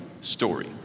story